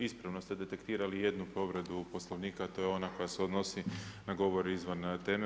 Ispravno ste detektirali jednu povredu Poslovnika, a to je ona koja se odnosi na govor izvan teme.